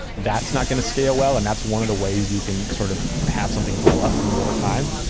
that's not going to scale well, and that's one of the ways you can sort of have something blowup from you over time.